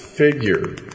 Figure